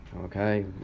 Okay